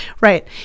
Right